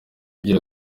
ugira